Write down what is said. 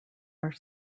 are